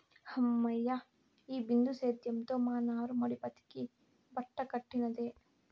హమ్మయ్య, ఈ బిందు సేద్యంతో మా నారుమడి బతికి బట్టకట్టినట్టే